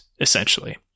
essentially